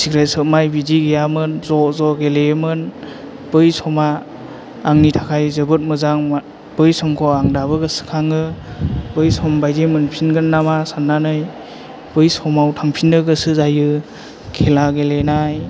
सिग्रेथ सोबनाय बिदि गैयामोन ज' ज' गेलेयोमोन बै समा आंनि थाखाय जोबोर मोजांमोन बै समखौ आं दाबो गोसोखाङो बै समबादि मोनफिनगोन नामा साननानै बै समाव थांफिनो गोसो जायो खेला गेलेनाय